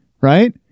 right